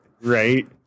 Right